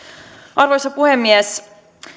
arvoisa puhemies